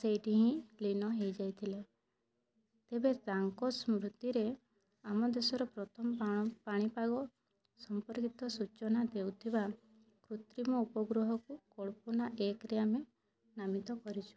ସେଇଠି ହିଁ ଲିନ ହେଇଯାଇଥିଲେ ତେବେ ତାଙ୍କ ସ୍ମୃତିରେ ଆମ ଦେଶର ପ୍ରଥମ ପାଣ ପାଣିପାଗ ସମ୍ପର୍କିତ ସୂଚନା ଦେଉଥିବା କୃତ୍ରିମ ଉପଗ୍ରହକୁ କଳ୍ପନା ଏକ ରେ ଆମେ ନାମିତ କରିଛୁ